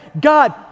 God